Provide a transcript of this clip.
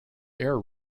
air